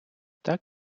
так